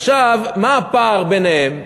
עכשיו, מה הפער ביניהם?